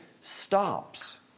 stops